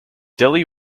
delhi